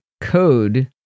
code